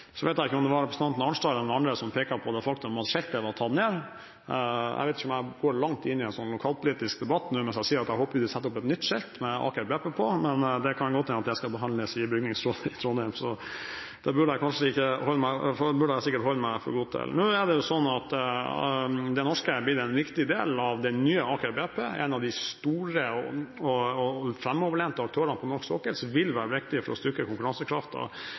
Så vet jeg ikke om det var representanten Arnstad eller noen andre som pekte på det faktum at skiltet var tatt ned. Jeg vet ikke om jeg går langt inn i en lokalpolitisk debatt nå hvis jeg sier at jeg håper man setter opp et nytt skilt med Aker BP på, men det kan godt hende at det skal behandles i bygningsrådet i Trondheim, så det burde jeg sikkert holde meg for god til. Det norske har blitt en viktig del av den nye Aker BP, en av de store og framoverlente aktørene på norsk sokkel, som vil være viktig for å styrke